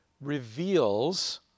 reveals